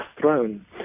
throne